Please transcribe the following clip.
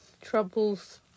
troubles